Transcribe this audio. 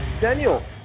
Daniel